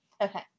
Okay